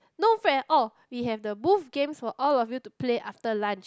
no fret at all we have the both games for all of you to play after lunch